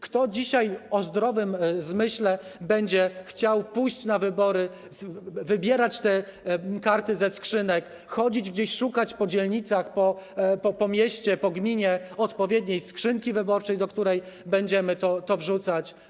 Kto dzisiaj o zdrowym umyśle będzie chciał pójść na wybory, wyjmować te karty ze skrzynek, chodzić gdzieś, szukać po dzielnicach, po mieście, po gminie odpowiedniej skrzynki wyborczej, do której będziemy to wrzucać?